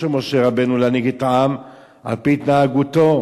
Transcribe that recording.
של משה רבנו להנהיג את העם על-פי התנהגותו